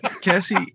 Cassie